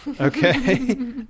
Okay